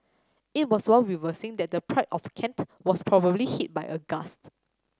it was while reversing that the Pride of Kent was probably hit by a gust